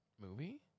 movie